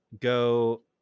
go